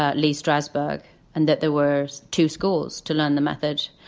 ah lee strasberg and that there were two schools to learn the method.